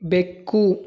ಬೆಕ್ಕು